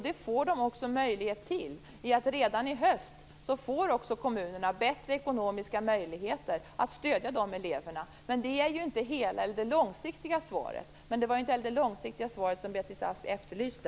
Det får de också möjlighet till genom att kommunerna redan i höst får bättre ekonomiska möjligheter att stödja dem. Men det är inte det långsiktiga svaret. Men det var inte det långsiktiga svaret Beatrice Ask efterlyste.